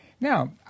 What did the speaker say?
Now